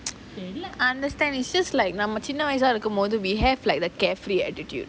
I understand is just like நம்ம சின்ன வயசா இருக்கும் போது:namma chinna vayasa irukum pothu we have like the carefree attitude